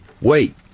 Wait